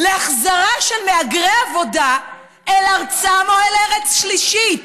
להחזרה של מהגרי עבודה אל ארצם או אל ארץ שלישית?